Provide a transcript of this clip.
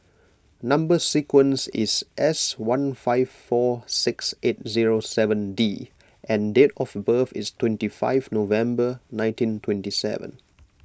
Number Sequence is S one five four six eight zero seven D and date of birth is twenty five November nineteen twenty seven